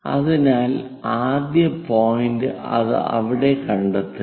അതിനാൽ ആദ്യ പോയിന്റ് അത് അവിടെ കണ്ടെത്തുക